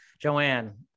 Joanne